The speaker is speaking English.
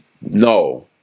no